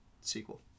sequel